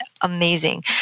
amazing